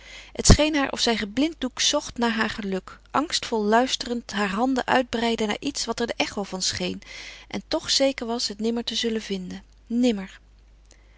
het scheen haar of zij geblinddoekt zocht naar haar geluk angstvol luisterend haar handen uitbreidde naar iets wat er de echo van scheen en toch zeker was het nimmer te zullen vinden nimmer